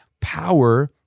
power